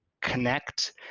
connect